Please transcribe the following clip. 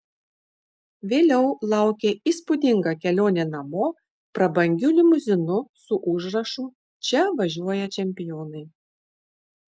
vėliau laukė įspūdinga kelionė namo prabangiu limuzinu su užrašu čia važiuoja čempionai